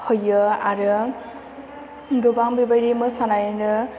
हैयो आरो गोबां बेबादि मोसानानैनो